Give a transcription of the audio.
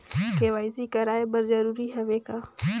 KYC कराय बर जरूरी हवे का?